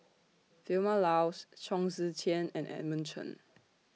Vilma Laus Chong Tze Chien and Edmund Chen